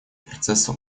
процесса